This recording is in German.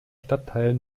stadtteil